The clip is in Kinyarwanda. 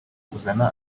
kuzana